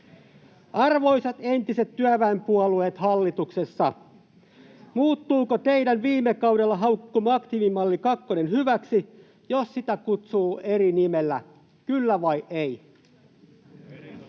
Arvoisat entiset työväenpuolueet hallituksessa: Muuttuuko teidän viime kaudella haukkumanne aktiivimalli kakkonen hyväksi, jos sitä kutsuu eri nimellä? Kyllä vai ei?